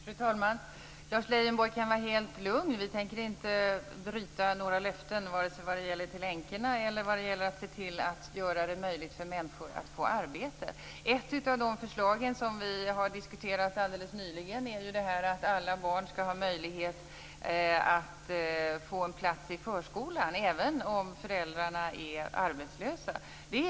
Fru talman! Lars Leijonborg kan vara helt lugn. Vi tänker inte bryta några löften till vare sig änkorna eller om att se till att göra det möjligt för människor att få arbete. Ett av de förslag vi har diskuterat nyligen är att alla barn skall ha möjlighet att få en plats i förskolan - även om föräldrarna är arbetslösa.